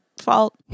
fault